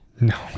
No